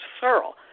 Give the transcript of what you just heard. thorough